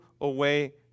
away